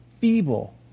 feeble